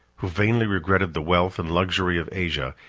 who vainly regretted the wealth and luxury of asia,